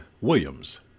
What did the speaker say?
Williams